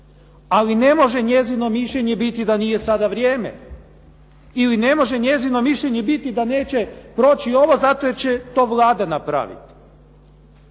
ali ne može njezino mišljenje biti da nije sada vrijeme ili ne može njezino mišljenje da neće proći ovo zato jer će to Vlada napraviti.